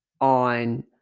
on